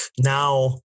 now